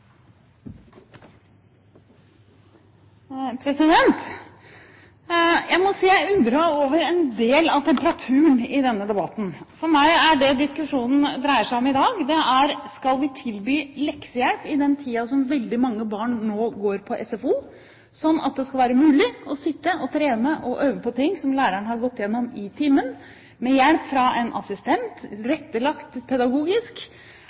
Jeg må si jeg undrer meg over en del av temperaturen i denne debatten. For meg dreier diskusjonen i dag seg om at vi skal tilby leksehjelp i den tiden som veldig mange barn går på SFO, sånn at det skal være mulig å sitte og trene og øve på ting som læreren har gått igjennom i timen, med hjelp fra en assistent, tilrettelagt pedagogisk,